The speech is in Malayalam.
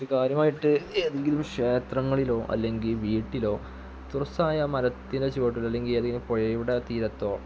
ഇത് കാര്യമായിട്ട് ഏതെങ്കിലും ക്ഷേത്രങ്ങളിലോ അല്ലെങ്കിൽ വീട്ടിലോ തുറസ്സായ മരത്തിൻ്റെ ചുവട്ടിലല്ലെങ്കിൽ ഏതെങ്കിലും പുഴയുടെ തീരത്തോ